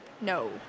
No